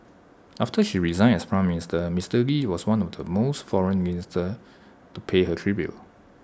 after she resigned as Prime Minister Mister lee was one of the first foreign leaders to pay her tribute